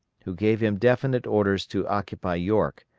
who gave him definite orders to occupy york,